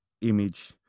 image